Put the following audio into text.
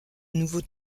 nouveau